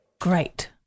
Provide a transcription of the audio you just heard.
Great